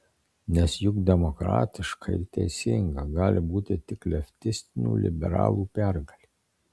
nes juk demokratiška ir teisinga gali būti tik leftistinių liberalų pergalė